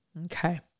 Okay